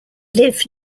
lived